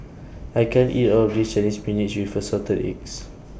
I can't eat All of This Chinese Spinach with Assorted Eggs